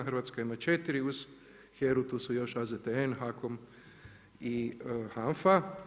Hrvatska ima 4, uz HERA-u tu su još AZTN, HAKOM i HANFA.